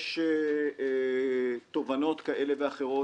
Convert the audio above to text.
יש תובנות כאלה ואחרות,